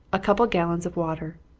a couple of gallons of water.